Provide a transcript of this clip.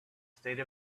state